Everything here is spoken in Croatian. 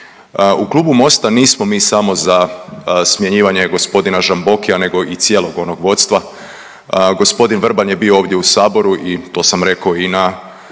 U Klubu MOST-a nismo mi samo za smjenjivanje gospodina Žambokija nego i cijelog onog vodstva. Gospodin Vrban je bio ovdje u saboru i to sam rekao i na,